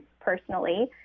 personally